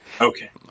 Okay